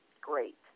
great